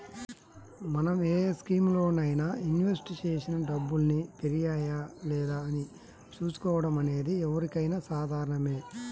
మనం ఏ స్కీములోనైనా ఇన్వెస్ట్ చేసిన డబ్బుల్ని పెరిగాయా లేదా అని చూసుకోవడం అనేది ఎవరికైనా సాధారణమే